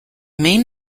main